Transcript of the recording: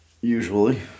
usually